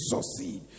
succeed